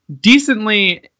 decently